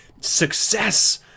success